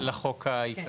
לחוק העיקרי.